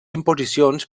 imposicions